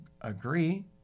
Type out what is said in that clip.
agree